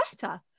better